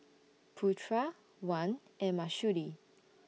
Putra Wan and Mahsuri